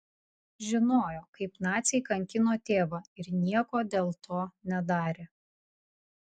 žinojo kaip naciai kankino tėvą ir nieko dėl to nedarė